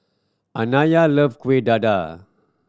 Anaya love Kuih Dadar